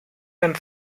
and